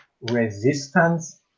resistance